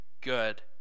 good